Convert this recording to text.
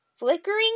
flickering